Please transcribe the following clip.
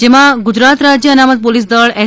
જેમાં ગુજરાત રાજ્ય અનામત પોલીસ દળ એસ